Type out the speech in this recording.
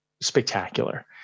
spectacular